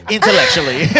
Intellectually